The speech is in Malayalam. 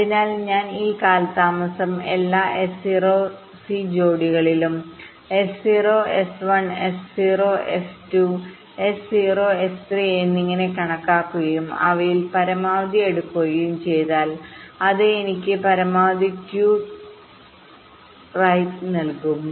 അതിനാൽ ഞാൻ ഈ കാലതാമസം എല്ലാ എസ് 0 സി ജോഡികളിലും S 0 S 1 S 0 S 2 S 0 S 3 എന്നിങ്ങനെ കണക്കാക്കുകയും അവയിൽ പരമാവധി എടുക്കുകയും ചെയ്താൽ അത് എനിക്ക് പരമാവധി സ്ക്യൂ റൈറ്റ് നൽകും